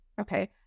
Okay